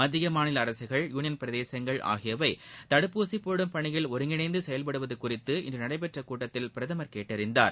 மத்திய மாநில அரசுகள் யூனியன் பிரதேசங்கள் ஆகியவை தடுப்பூசி போடும் பணியில் ஒருங்கிணைந்து செயல்படுவது குறித்து இன்று நடைபெற்ற கூட்டத்தில் பிரதமர் கேட்டறிந்தார்